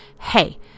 Hey